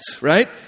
right